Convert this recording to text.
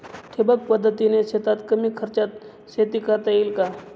ठिबक पद्धतीने शेतात कमी खर्चात शेती करता येईल का?